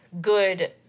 good